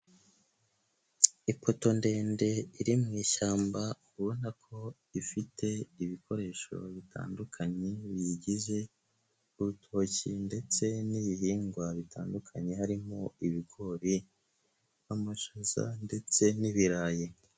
Ipoto ndende iri mu ishyamba ubona ko ifite ibikoresho bitandukanye biyigize, urutoki ndetse n'ibihingwa bitandukanye harimo ibigori, amashaza ndetse n'ibirayi.